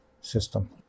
system